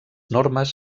normes